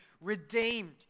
redeemed